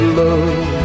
love